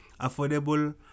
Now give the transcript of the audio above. affordable